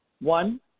One